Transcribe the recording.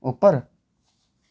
उप्पर